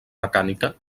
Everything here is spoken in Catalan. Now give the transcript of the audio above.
mecànica